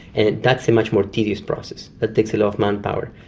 and that's a much more tedious process, that takes a lot of manpower.